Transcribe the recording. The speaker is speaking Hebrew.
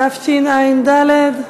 התשע"ד.